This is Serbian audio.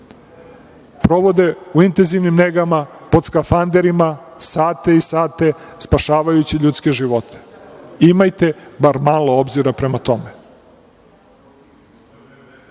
provode u intenzivnim negama, pod skafanderima sate i sate spašavajući ljudske živote. Imajte bar malo obzira prema tome. Ako